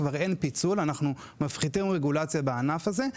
כבר אין פיצול; אנחנו מפחיתים רגולציה בענף הזה.